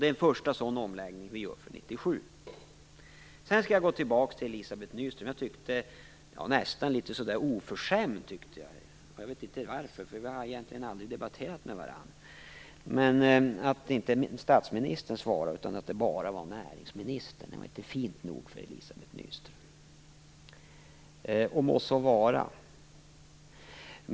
Det är en första sådan omläggning vi nu gör för 1997. Sedan skall jag gå tillbaka till Elizabeth Nyström. Jag tyckte nästan det var litet oförskämt - jag vet inte varför, vi har ju egentligen aldrig debatterat med varandra - att säga att "bara" näringsministern svarade och inte statsministern. Det var inte fint nog för Elizabeth Nyström. Må så vara.